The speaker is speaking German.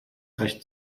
recht